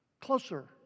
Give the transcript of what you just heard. Closer